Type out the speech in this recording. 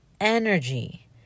energy